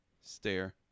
stare